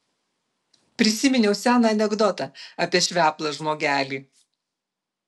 prisiminiau seną anekdotą apie šveplą žmogelį